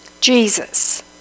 Jesus